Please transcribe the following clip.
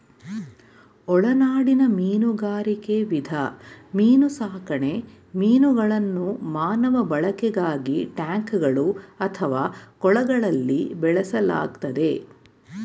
ಒಳನಾಡಿನ ಮೀನುಗಾರಿಕೆ ವಿಧ ಮೀನುಸಾಕಣೆ ಮೀನುಗಳನ್ನು ಮಾನವ ಬಳಕೆಗಾಗಿ ಟ್ಯಾಂಕ್ಗಳು ಅಥವಾ ಕೊಳಗಳಲ್ಲಿ ಬೆಳೆಸಲಾಗ್ತದೆ